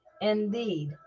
Indeed